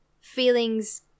feelings